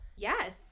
Yes